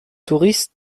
touristes